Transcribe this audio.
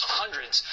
hundreds